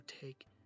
take